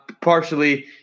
partially